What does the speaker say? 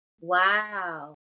Wow